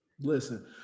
Listen